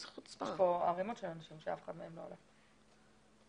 אני מבקשת ממך להתקשר אליה ולבקש ממנה לעלות לזום בדקות